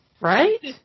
Right